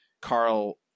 Carl